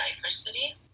diversity